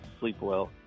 Sleepwell